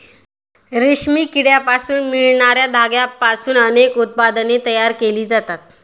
रेशमी किड्यांपासून मिळणार्या धाग्यांपासून अनेक उत्पादने तयार केली जातात